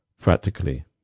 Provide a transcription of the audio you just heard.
practically